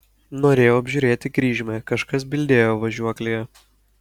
norėjau apžiūrėti kryžmę kažkas bildėjo važiuoklėje